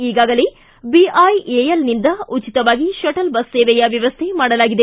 ಈಗಾಗಲೇ ಬಿಐಎಎಲ್ನಿಂದ ಉಚಿತವಾಗಿ ಷಟಲ್ ಬಸ್ ಸೇವೆಯ ವ್ಯವಸ್ಥೆ ಮಾಡಲಾಗಿದೆ